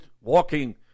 walking